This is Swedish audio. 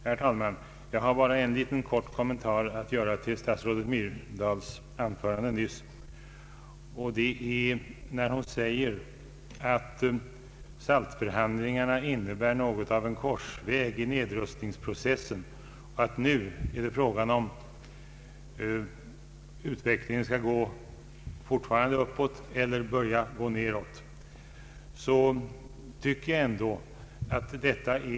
Herr talman! Jag vill bara göra en kort kommentar till det anförande statsrådet Myrdal nyss höll. Statsrådet sade att SALT-förhandlingarna innebär något av en korsväg i nedrustningsprocessen och att det nu är fråga om huruvida utvecklingen fortfarande skall gå uppåt eller börja gå nedåt.